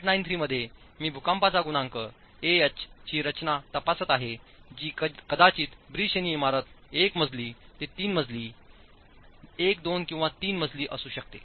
IS 1893 मध्ये मी भूकंपाचा गुणांक Ah ची रचना तपासत आहे जी कदाचित बी श्रेणी इमारत 1 मजली ते 3 मजली 1 2 किंवा 3 मजली असू शकते